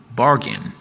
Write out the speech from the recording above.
bargain